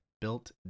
built